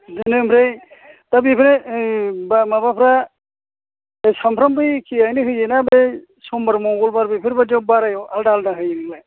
जोंनो ओमफ्राय दा बेफोरो बा माबाफ्रा सानफ्रामबो एखेयैनो होयो ना बे समबार मंगलबार बेफोरबादियाव बारायाव आलादा आलादा होयो नोंलाय